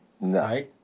No